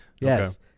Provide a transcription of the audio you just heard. Yes